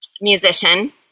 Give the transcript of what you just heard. musician